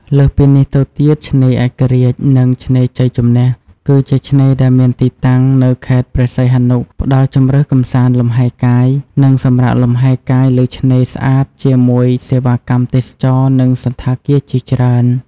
លើសពីនេះទៅទៀតឆ្នេរឯករាជ្យ និង ឆ្នេរជ័យជំនះគឺជាឆ្នេរដែលមានទីតាំងនៅខេត្តព្រះសីហនុ ផ្តល់ជម្រើសកម្សាន្តលំហែកាយ និងសម្រាកលំហែកាយលើឆ្នេរ ស្អាត ជាមួយសេវាកម្មទេសចរណ៍ និងសណ្ឋាគារជាច្រើន។